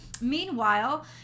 meanwhile